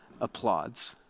applauds